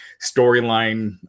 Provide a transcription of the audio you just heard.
storyline